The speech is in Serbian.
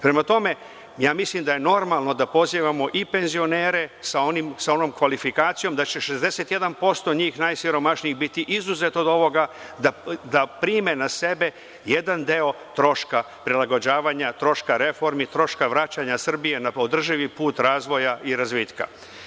Prema tome, mislim da je normalno da pozivamo i penzionere, sa onom kvalifikacijom da će 61% njih najsiromašnijih biti izuzeto iz ovoga, da prime na sebe jedan deo troška prilagođavanja, troška reformi, troška vraćanja Srbije na održivi put razvoja i razvitka.